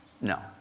No